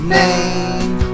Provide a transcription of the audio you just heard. name